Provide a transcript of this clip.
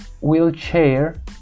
wheelchair